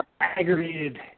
aggravated